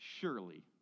Surely